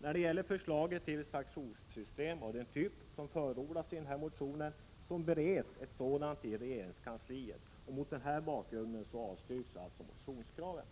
När det gäller förslaget till sanktionssystem av den typ som förordas i motionerna så bereds ett sådant i regeringskansliet, och mot den här bakgrunden avstyrks motionskraven.